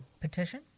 petition